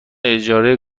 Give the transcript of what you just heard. اجاره